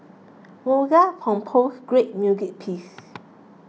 Mozart compose great music pieces